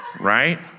Right